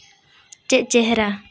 ᱪᱮᱫ ᱪᱮᱦᱨᱟ